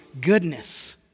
goodness